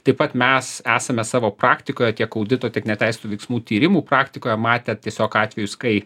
taip pat mes esame savo praktikoje tiek audito tiek neteisėtų veiksmų tyrimų praktikoje matę tiesiog atvejus kai